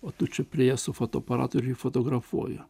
o tu čia priėjęs su fotoaparatu fotografuoja